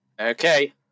Okay